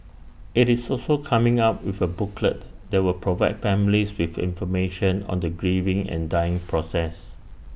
IT is also coming up with A booklet that will provide families with information on the grieving and dying process